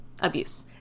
abuse